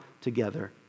together